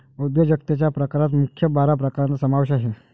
उद्योजकतेच्या प्रकारात मुख्य बारा प्रकारांचा समावेश आहे